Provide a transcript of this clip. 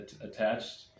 attached